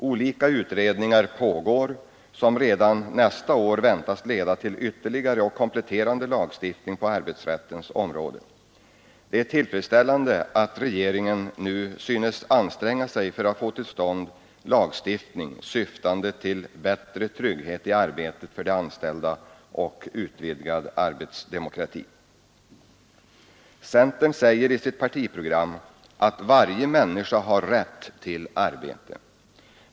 Olika utredningar pågår som redan nästa år väntas leda till ytterligare och kompletterande lagstiftning på arbetsrättens område. Det är tillfredsställande att regeringen nu synes anstränga sig för att få till stånd lagstiftning syftande till bättre trygghet i arbetet för de anställda och utvidgad demokrati på arbetsmarknaden. Centern säger i sitt partiprogram att varje människa har rätt till arbete.